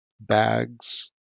bags